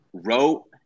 wrote